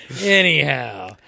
anyhow